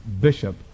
Bishop